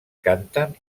canten